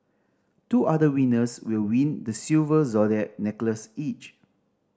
two other winners will win the silver zodiac necklace each